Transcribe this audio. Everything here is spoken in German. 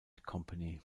company